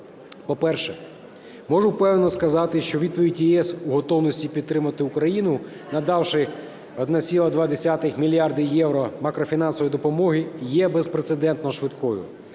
По-перше, можу впевнено сказати, що відповідь ЄС у готовності підтримати Україну, надавши 1,2 мільярда євро макрофінансової допомоги, є безпрецедентно швидкою.